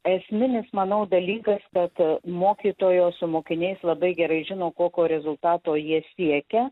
esminis manau dalykas kad mokytojos su mokiniais labai gerai žino kokio rezultato jie siekia